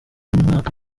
umwaka